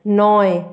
নয়